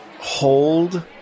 hold